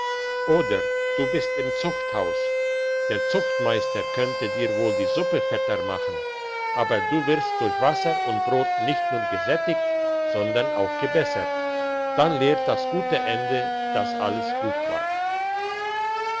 oder du bist im zuchthaus der zuchtmeister könnte dir wohl die suppe fetter machen aber du wirst durch wasser und brot nicht nur gesättigt sondern auch gebessert dann lehrt das gute ende dass alles gut war